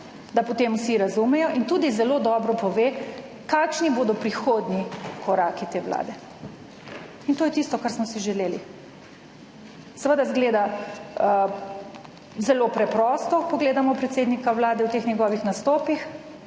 da potem vsi razumejo, in tudi zelo dobro pove, kakšni bodo prihodnji koraki te vlade. In to je tisto, kar smo si želeli. Seveda zgleda zelo preprosto, ko gledamo predsednika Vlade v teh njegovih nastopih.